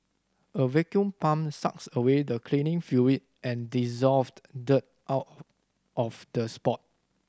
a vacuum pump sucks away the cleaning fluid and dissolved dirt out of the spot